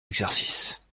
exercices